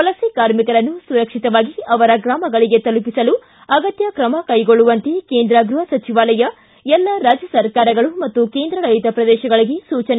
ವಲಸೆ ಕಾರ್ಮಿಕರನ್ನು ಸುರಕ್ಷಿತವಾಗಿ ಅವರ ಗ್ರಾಮಗಳಿಗೆ ತಲುಪಿಸಲು ಅಗತ್ಯ ಕ್ರಮ ಕೈಗೊಳ್ಳುವಂತೆ ಕೇಂದ್ರ ಗೃಹ ಸಚಿವಾಲಯ ಎಲ್ಲ ರಾಜ್ಯ ಸರ್ಕಾರಗಳು ಮತ್ತು ಕೇಂದ್ರಾಡಳಿತ ಪ್ರದೇಶಗಳಿಗೆ ಸೂಚನೆ